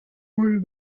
wurde